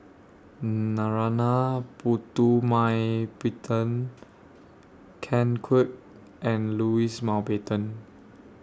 Narana Putumaippittan Ken Kwek and Louis Mountbatten